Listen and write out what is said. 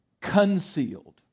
concealed